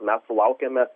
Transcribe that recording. mes sulaukėme